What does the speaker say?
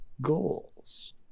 goals